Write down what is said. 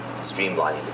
streamlining